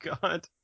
God